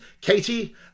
Katie